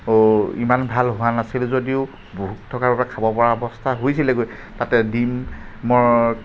ইমান ভাল হোৱা নাছিল যদিও ভোক থকাৰ বাবে খাব পৰা অৱস্থা হৈছিলে গৈ তাতে ডিমৰ